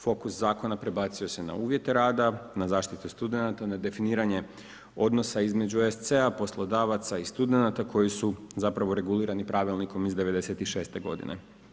Fokus zakona prebacio se na uvjete rada, na zaštitu studenata, na definiranje odnosa između SC-a, poslodavaca i studenata koji su zapravo regulirani pravilnikom iz '96. godine.